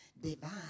divine